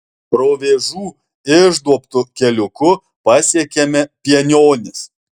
provėžų išduobtu keliuku pasiekėme pienionis